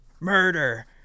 murder